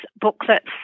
booklets